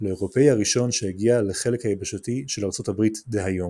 לאירופאי הראשון שהגיע לחלק היבשתי של ארצות הברית דהיום.